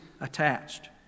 attached